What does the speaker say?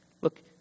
Look